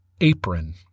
apron